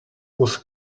was